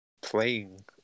playing